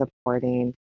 supporting